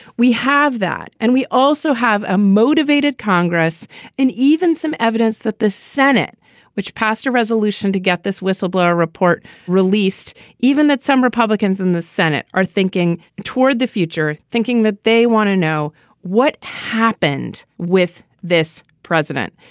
we have that and we also have a motivated congress and even some evidence that the senate which passed a resolution to get this whistleblower report released even that some republicans in the senate are thinking toward the future thinking that they want to know what happened with this president.